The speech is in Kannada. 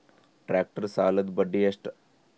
ಟ್ಟ್ರ್ಯಾಕ್ಟರ್ ಸಾಲದ್ದ ಬಡ್ಡಿ ಎಷ್ಟ?